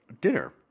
dinner